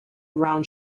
round